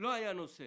לא היה נושא